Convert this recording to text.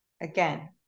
again